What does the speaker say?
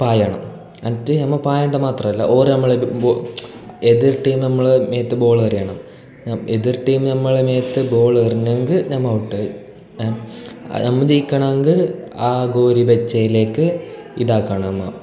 പായാണ് എന്നിട്ട് നമ്മൾ പായൻ്റെ മാത്രമല്ല ഓര് നമ്മളുടെ വൊ എതിർ ടീം നമ്മൾ മേത്ത് ബോളെറിയണം ഞ എതിർ ടീം ഞമ്മളെ മേത്ത് ബോളെറിഞ്ഞെങ്കിൽ നമ്മൾ ഔട്ടായി അത് നമ്മൾ ജയിക്കണമെങ്കിൽ ആ ഗോലി വെച്ചതിലേക്ക് ഇതാക്കണം നമ്മൾ